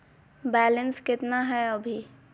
Balance केतना हय अभी?